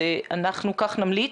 אנחנו כך נמליץ.